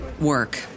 work